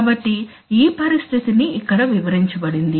కాబట్టి ఈ పరిస్థితి ని ఇక్కడ వివరించబడింది